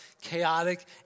chaotic